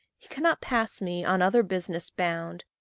he cannot pass me, on other business bound,